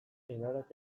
enarak